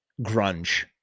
grunge